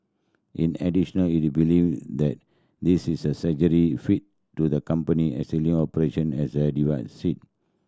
in additional it believe that this is a fit to the company existing operation as it